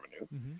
revenue